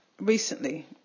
recently